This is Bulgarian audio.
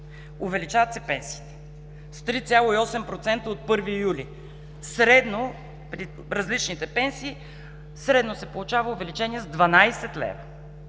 Увеличават се пенсиите с 3,8% от 1 юли. При различните пенсии средно се получава увеличение с 12 лв.